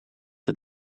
het